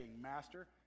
Master